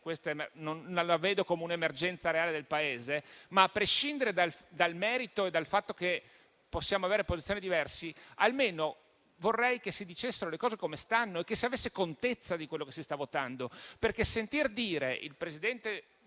non la vedo come un'emergenza reale del Paese. Tuttavia, a prescindere dal merito e dal fatto che possiamo avere posizioni diverse, almeno vorrei che si dicessero le cose come stanno e che si avesse contezza di ciò che si sta votando. Infatti, sentir dire il presidente